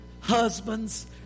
husbands